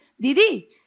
Didi